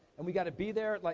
and we gotta be there, like